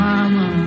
Mama